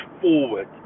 forward